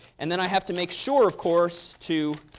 and then i have to make sure, of course, to